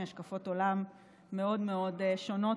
מהשקפות עולם מאוד מאוד שונות,